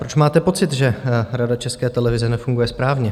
Proč máte pocit, že Rada České televize nefunguje správně?